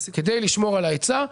אז כדי לשמור על ההיצע,